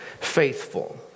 faithful